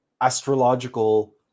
astrological